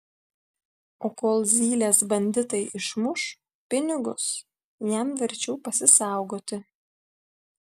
o kol zylės banditai išmuš pinigus jam verčiau pasisaugoti